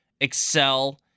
excel